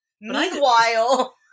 Meanwhile